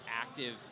active